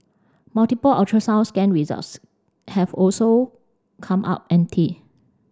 multiple ultrasound scan results have also come up empty